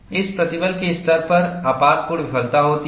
इस प्रतिबल के स्तर पर आपातपूर्ण विफलता होती है